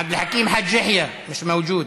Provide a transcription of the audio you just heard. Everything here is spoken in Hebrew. עבד אל חכים חאג' יחיא, מיש מווג'וד,